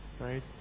right